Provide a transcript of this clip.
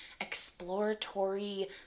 exploratory